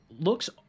looks